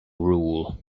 rule